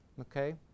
okay